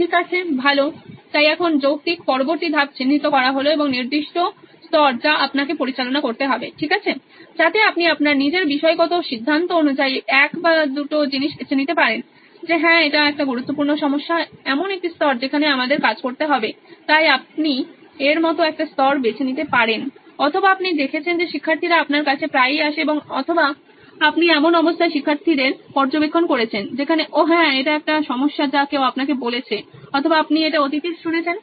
ঠিক আছে ভালো তাই এখন যৌক্তিক পরবর্তী ধাপ চিহ্নিত করা হলো একটি নির্দিষ্ট স্তর যা আপনাকে পরিচালনা করতে হবে ঠিক আছে যাতে আপনি আপনার নিজের বিষয়গত সিদ্ধান্ত অনুযায়ী এক বা দুটি জিনিস বেছে নিতে পারেন যে হ্যাঁ এটা একটা খুব গুরুত্বপূর্ণ সমস্যা এমন একটি স্তর যেখানে আমাদের কাজ করতে হবে এবং তাই আপনি এর মতো একটা স্তর বেছে নিতে পারেন অথবা আপনি দেখেছেন যে শিক্ষার্থীরা আপনার কাছে প্রায়ই আসে এবং অথবা আপনি এমন অবস্থায় শিক্ষার্থীদের পর্যবেক্ষণ করেছেন যেখানে ওহ্ হ্যাঁ এটা একটা সমস্যা যা কেউ আপনাকে বলেছে অথবা আপনি এটা অতীতে শুনেছেন